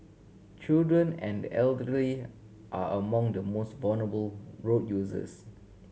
children and the elderly are among the most vulnerable road users